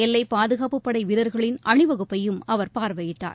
எல்லைப் பாதுகாப்பு படை வீரர்களின் அணிவகுப்பையும் அவர் பார்வையிட்டார்